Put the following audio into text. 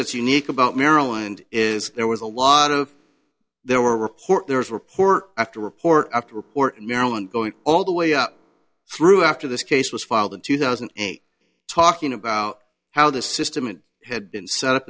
that's unique about maryland is there was a lot of there were report there was report after report after report in maryland going all the way up through after this case was filed in two thousand and eight talking about how the system it had been set up